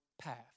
path